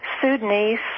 Sudanese